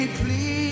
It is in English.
please